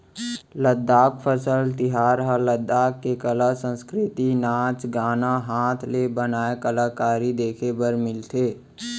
लद्दाख फसल तिहार म लद्दाख के कला, संस्कृति, नाच गाना, हात ले बनाए कलाकारी देखे बर मिलथे